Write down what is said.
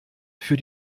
für